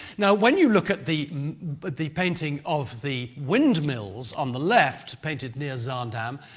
now, when you look at the but the painting of the windmills on the left, painted near zaandam,